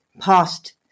past